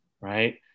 right